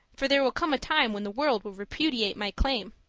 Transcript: for there will come a time when the world will repudiate my claim.